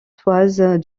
toises